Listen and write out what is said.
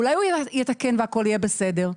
אולי הוא יתקן והכול יהיה בסדר?